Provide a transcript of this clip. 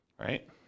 right